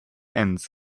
ends